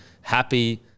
happy